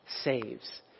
saves